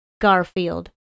Garfield